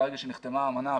מהרגע שנחתמה האמנה,